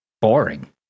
boring